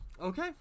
Okay